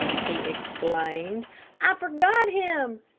he exclaimed i forgot him,